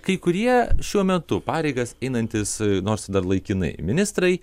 kai kurie šiuo metu pareigas einantys nors dar laikinai ministrai